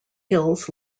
hills